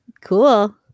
cool